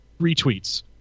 retweets